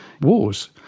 wars